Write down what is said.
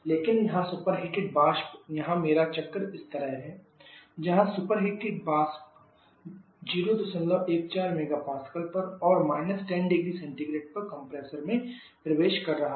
लेकिन यहां सुपरहीटेड वाष्प यहां मेरा चक्र इस तरह है जहां सुपरहीट वाष्प 014 MPa पर और 10℃ पर कंप्रेसर में प्रवेश कर रहा है